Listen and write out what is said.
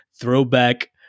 throwback